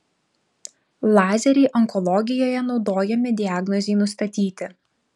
lazeriai onkologijoje naudojami diagnozei nustatyti